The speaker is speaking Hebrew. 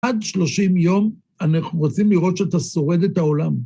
עד 30 יום אנחנו רוצים לראות שאתה שורד את העולם.